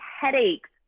headaches